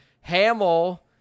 Hamill